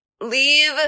leave